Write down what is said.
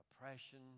oppression